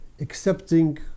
accepting